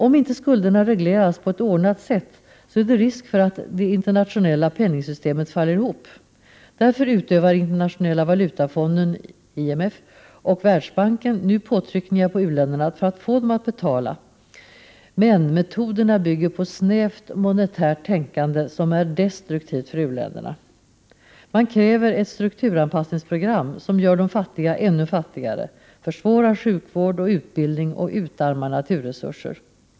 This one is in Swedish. Om inte skulderna regleras på ett ordnat sätt, är det risk för att det 5 internationella penningsystemet faller ihop. Därför utövar nu Internationella valutafonden och Världsbanken påtryckningar på u-länderna för att få dem att betala, men metoderna bygger på ett snävt monetärt tänkande, som är destruktivt för u-länderna. Man kräver ett strukturanpassningsprogram som gör de fattiga ännu fattigare, försvårar sjukvård och utbildning och utarmar naturresurser.